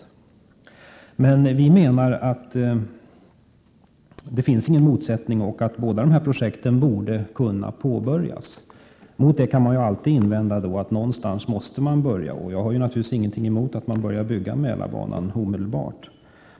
Vi menar emellertid att det inte finns några motsättningar och att båda dessa projekt borde kunna påbörjas. Mot det kan man alltid invända att man måste börja någonstans. Jag har naturligtvis ingenting emot att man börjar bygga Mälarbanan omedelbart.